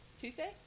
Tuesday